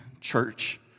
church